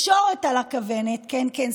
בתקשורת על הכוונת, כן, כן.